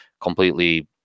completely